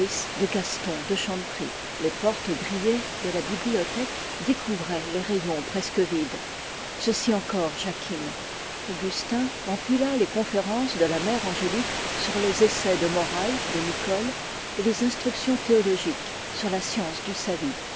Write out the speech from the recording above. de gaston de chanteprie les portes grillées de la bibliothèque découvraient les rayons presque vides ceci encore jacquine augustin empila les conférences de la mère angélique sur les essais de morale de nicole et les instructions théologiques sur la science du salut